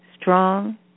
strong